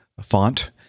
font